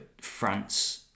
France